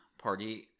party